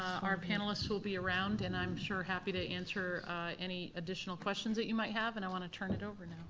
our panelists will be around and i'm sure happy to answer any additional questions that you might have, and i wanna turn it over